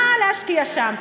מה להשקיע שם,